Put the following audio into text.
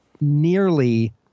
nearly